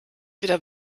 wieder